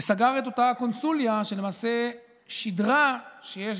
וסגר את אותה קונסוליה שלמעשה שידרה שיש